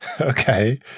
Okay